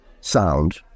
sound